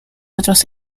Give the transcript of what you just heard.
otros